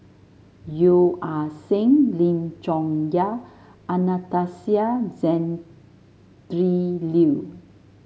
Yeo Ah Seng Lim Chong Yah and Anastasia Tjendri Liew